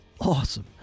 awesome